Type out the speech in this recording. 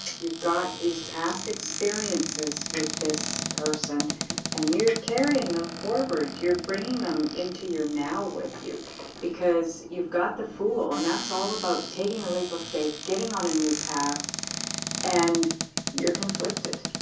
you've got these past experiences with this person and you're carrying them forward you're bringing them into your now with you because you've got the fool and that's all about taking a leap of faith getting on a new path and you're conflicted.